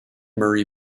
murray